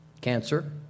Cancer